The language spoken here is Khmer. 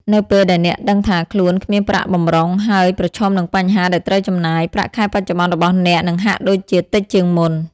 នៅពេលដែលអ្នកដឹងថាខ្លួនគ្មានប្រាក់បម្រុង ហើយប្រឈមនឹងបញ្ហាដែលត្រូវចំណាយ ប្រាក់ខែបច្ចុប្បន្នរបស់អ្នកនឹងហាក់ដូចជាតិចជាងមុន។